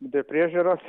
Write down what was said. be priežiūros